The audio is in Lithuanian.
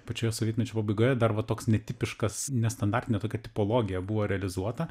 pačioje sovietmečio pabaigoje dar va toks netipiškas nestandartine tokia tipologija buvo realizuota